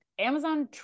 Amazon